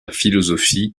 philosophie